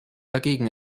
dagegen